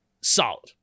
solid